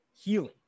healing